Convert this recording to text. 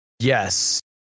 Yes